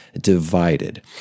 divided